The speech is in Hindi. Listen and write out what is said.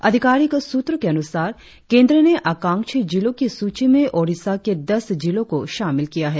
आधिकारिक सूत्रों के अनुसार केंद्र ने आकांक्षी जिलों की सूची में ओड़िसा के दस जिलों को शामिल किया है